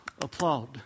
applaud